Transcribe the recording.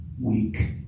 weak